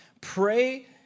Pray